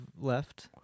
left